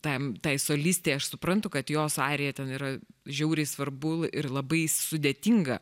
tam tai solistei aš suprantu kad jos arija ten yra žiauriai svarbu ir labai sudėtinga